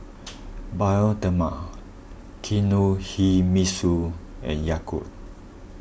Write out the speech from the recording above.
Bioderma Kinohimitsu and Yakult